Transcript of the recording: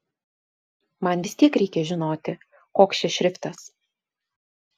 man vis tiek reikia žinoti koks čia šriftas